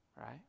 Right